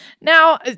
Now